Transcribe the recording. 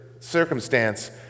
Circumstance